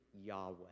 Yahweh